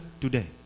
today